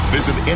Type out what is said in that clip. Visit